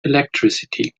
electricity